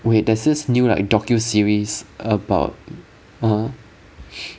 wait there's this new like docu series about uh